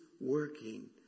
working